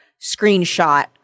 screenshot